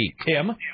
Tim